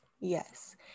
Yes